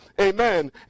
Amen